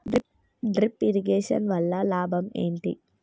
Drip irrigation వల్ల లాభం ఏంటి?